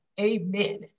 Amen